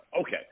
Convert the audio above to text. Okay